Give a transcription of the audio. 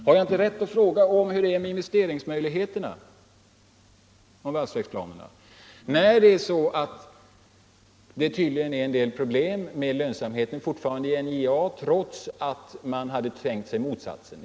Har jag inte rätt att fråga om investeringsmöjligheterna i vad gäller valsverksplanerna med tanke på att det tydligen fortfarande finns en del problem med lönsamheten i NJA — trots att man hade tänkt sig motsatsen?